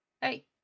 Hey